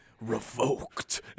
revoked